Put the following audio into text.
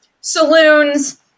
saloons